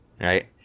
right